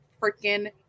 freaking